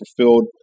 fulfilled